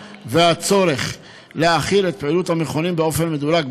והצורך להחיל את פעילות המכונים באופן מדורג,